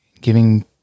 giving